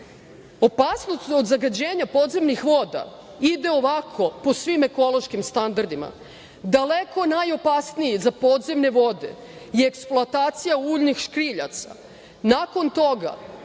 otpada. Opasnost od zagađenja podzemnih voda ide ovako, po svim ekološkim standardima, daleko najopasnije za podzemne vode je eksploatacija uljnih škriljaca, nakon toga